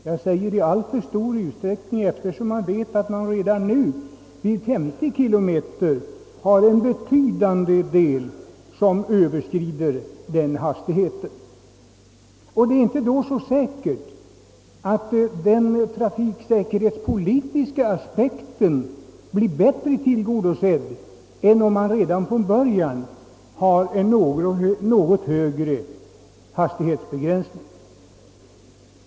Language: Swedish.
Jag säger »i alltför stor utsträckning», eftersom det är känt att ett betydande antal förare överskrider tillåten hastighet även om den satts så pass hög som till 50 kilometer. Det är under sådana förhållanden inte säkert att den trafikpolitiska aspekten blir sämre tillgodosedd även om man redan från början tillåter en något högre hastighet än den som kommissionen föreslagit.